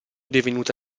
divenuta